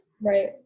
Right